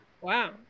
wow